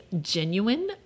Genuine